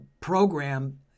program